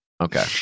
Okay